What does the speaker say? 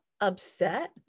upset